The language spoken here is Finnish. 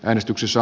äänestyksissä